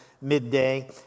midday